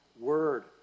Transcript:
word